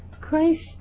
Christ